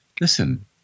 listen